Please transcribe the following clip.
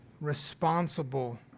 responsible